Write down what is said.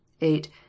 eight